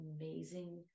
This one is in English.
amazing